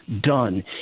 done